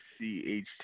CHT